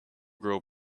girl